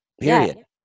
Period